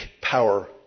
power